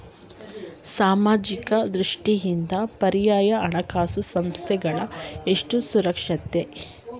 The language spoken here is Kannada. ಸಾಮಾಜಿಕ ದೃಷ್ಟಿಯಿಂದ ಪರ್ಯಾಯ ಹಣಕಾಸು ಸಂಸ್ಥೆಗಳು ಎಷ್ಟು ಸುರಕ್ಷಿತ?